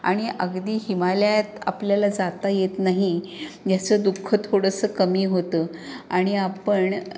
आणि अगदी हिमालयात आपल्याला जाता येत नाही याचं दुःख थोडंसं कमी होतं आणि आपण